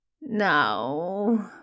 No